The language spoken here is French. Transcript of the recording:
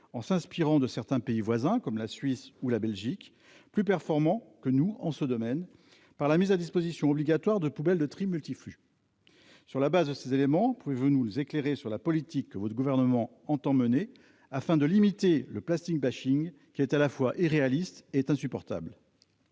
en s'inspirant de certains pays voisins, comme la Suisse ou la Belgique, plus performant que nous, en ce domaine par la mise à disposition obligatoire de poubelles de tri multi-flux sur la base de ces éléments, pouvez-vous nous éclairer sur la politique que votre gouvernement entend mener afin de limiter le plastique bashing qui est à la fois et réaliste est insupportable.